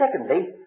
secondly